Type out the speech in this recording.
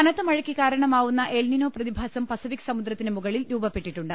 കനത്ത മഴയ്ക്ക് കാരണമാവുന്ന എൽനിനോ പ്രതിഭാസം പസ ഫിക് സമുദ്രത്തിന് മുകളിൽ രൂപപ്പെട്ടിട്ടുണ്ട്